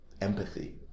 empathy